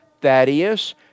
Thaddeus